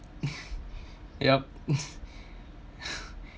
yup